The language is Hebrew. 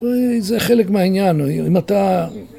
זה חלק מהעניין, אם אתה...